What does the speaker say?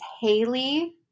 Haley